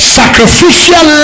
sacrificial